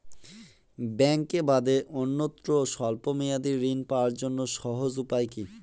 ব্যাঙ্কে বাদে অন্যত্র স্বল্প মেয়াদি ঋণ পাওয়ার জন্য সহজ উপায় কি?